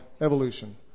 Evolution